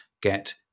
get